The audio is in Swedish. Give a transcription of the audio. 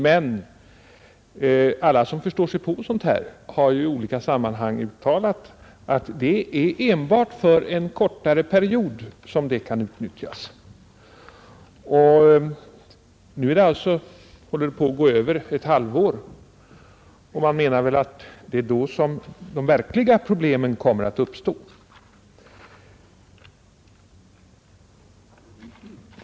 Men expertisen som förstår sig på detta har i olika sammanhang uttalat att det är enbart för en kortare period som det kan utnyttjas. Nu har det snart gått över ett halvår, och det är nu som de verkliga problemen kommer att uppstå.